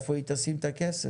איפה היא תשים את הכסף?